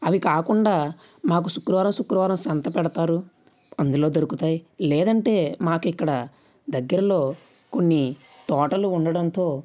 అవి కాకుండా మాకు శుక్రవారం శుక్రవారం సంత పెడతారు అందులో దొరుకుతాయి లేదంటే మాకు ఇక్కడ దగ్గరలో కొన్ని తోటలు ఉండడంతో